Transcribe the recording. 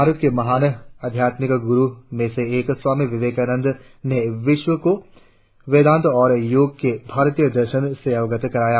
भारत के महान आध्यात्मिक गुरुओ में से एक स्वामी विवेकानंद ने विश्व को वेदांत और योग के भारतीय दर्शन से अवगत कराया